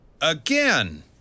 Again